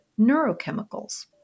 neurochemicals